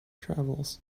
travels